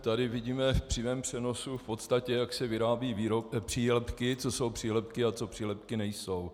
Tady vidíme v přímém přenosu v podstatě, jak se vyrábějí přílepky, co jsou přílepky a co přílepky nejsou.